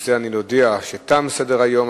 ובזה הריני להודיע שתם סדר-היום.